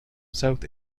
south